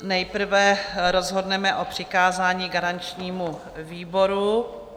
Nejprve rozhodneme o přikázání garančnímu výboru.